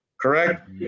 correct